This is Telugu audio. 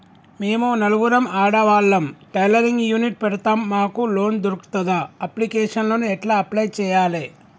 మేము నలుగురం ఆడవాళ్ళం టైలరింగ్ యూనిట్ పెడతం మాకు లోన్ దొర్కుతదా? అప్లికేషన్లను ఎట్ల అప్లయ్ చేయాలే?